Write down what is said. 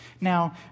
now